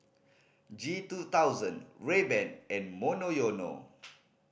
G two thousand Rayban and Monoyono